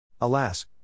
Alas